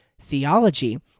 theology